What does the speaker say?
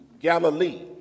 Galilee